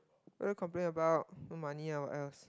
what we complain about earn money ah what else